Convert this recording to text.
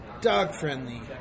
Dog-friendly